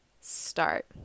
Start